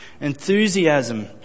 enthusiasm